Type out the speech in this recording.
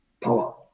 power